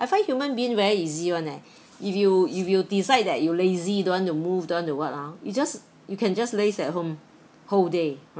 find human being very easy [one] eh if you if you decide that you lazy don't want to move don't want to what ah you just you can just laze at home whole day